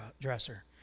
dresser